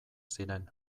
ziren